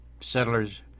settlers